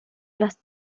las